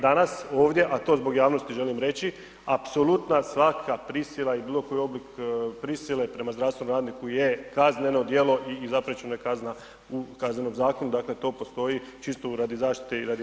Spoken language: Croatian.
Danas ovdje, a to zbog javnosti želim reći, apsolutna svaka prisila i bilo koji oblik prisile prema zdravstvenom radniku je kazneno djelo i zapriječena je kazna u Kaznenom zakonu, dakle to postoji čisto radi zaštite i radi informacije javnosti.